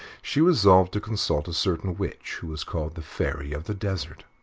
she resolved to consult a certain witch who was called the fairy of the desert.